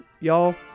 y'all